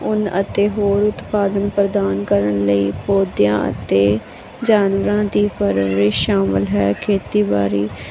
ਉਨ ਅਤੇ ਹੋਰ ਉਤਪਾਦਨ ਪ੍ਰਦਾਨ ਕਰਨ ਲਈ ਪੌਦਿਆਂ ਅਤੇ ਜਾਨਵਰਾਂ ਦੀ ਪਰਵਰਿਸ਼ ਸ਼ਾਮਿਲ ਹੈ ਖੇਤੀਬਾੜੀ